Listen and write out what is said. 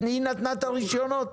היא נתנה את הרישיונות?